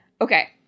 Okay